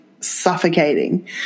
suffocating